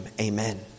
Amen